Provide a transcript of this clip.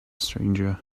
stranger